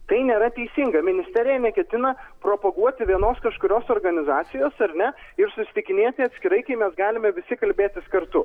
tai nėra teisinga ministerija neketina propaguoti vienos kažkurios organizacijos ar ne ir susitikinėti atskirai kai mes galime visi kalbėtis kartu